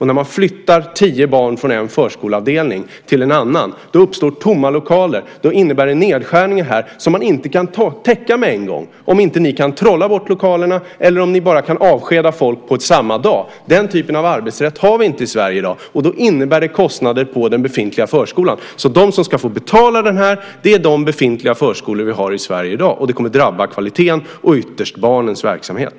När man flyttar tio barn från en förskoleavdelning till en annan uppstår tomma lokaler, vilket innebär nedskärningar som man inte genast kan täcka - om ni inte kan trolla bort lokalerna eller om ni bara kan avskeda folk på samma gång. Den typen av arbetsrätt har vi inte i Sverige i dag, och därför innebär det kostnader för den befintliga förskolan. De som alltså ska få betala det hela är de befintliga förskolorna i Sverige. Det kommer att drabba kvaliteten och ytterst barnens verksamhet.